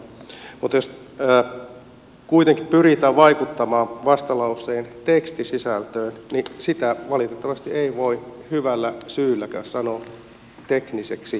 mutta jos kuitenkin pyritään vaikuttamaan vastalauseen tekstisisältöön niin sitä valitettavasti ei voi hyvällä syylläkään sanoa tekniseksi neuvonnaksi